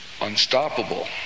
unstoppable